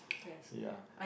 yeah